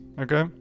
okay